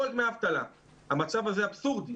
המצב הזה אבסורדי.